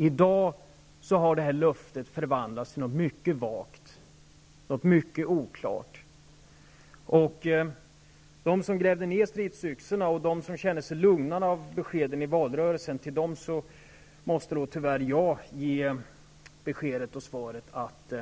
I dag har löftet förvandlats till någonting mycket vagt, mycket oklart. Dem som grävde ner stridsyxorna och dem som kände sig lugnade av beskeden i valrörelsen måste jag tyvärr ge beskedet att